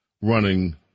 running